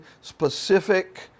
specific